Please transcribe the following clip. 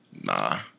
Nah